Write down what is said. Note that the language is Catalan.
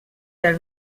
del